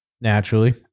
Naturally